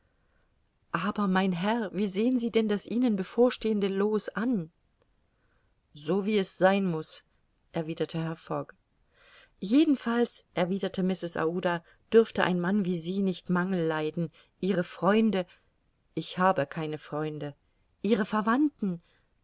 aber mein herr wie sehen sie denn das ihnen bevorstehende loos an so wie es sein muß erwiderte herr fogg jedenfalls erwiderte mrs aouda dürfte ein mann wie sie nicht mangel leiden ihre freunde ich habe keine freunde ihre verwandten